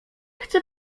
chce